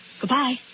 Goodbye